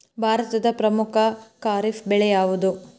ಭಾರತದ ಪ್ರಮುಖ ಖಾರೇಫ್ ಬೆಳೆ ಯಾವುದು?